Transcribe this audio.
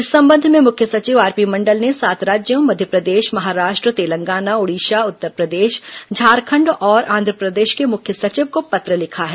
इस संबंध में मुख्य सचिव आरपी मंडल ने सात राज्यों मध्यप्रदेश प्रवेश पर महाराष्ट्र तेलंगाना ओडिशा उत्तरप्रदेश झारखंड और आंधप्रदेश के मुख्य सचिव को पत्र लिखा है